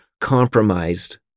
compromised